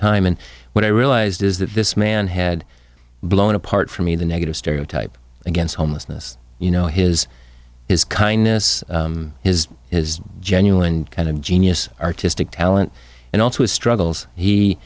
time and what i realized is that this man had blown apart for me the negative stereotype against homelessness you know his his kindness his his genuine kind of genius artistic talent and also his struggles